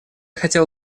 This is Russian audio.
хотела